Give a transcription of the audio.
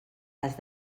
les